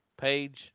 page